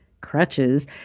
crutches